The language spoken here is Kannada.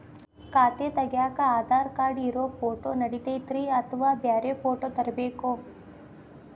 ಖಾತೆ ತಗ್ಯಾಕ್ ಆಧಾರ್ ಕಾರ್ಡ್ ಇರೋ ಫೋಟೋ ನಡಿತೈತ್ರಿ ಅಥವಾ ಬ್ಯಾರೆ ಫೋಟೋ ತರಬೇಕೋ?